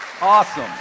Awesome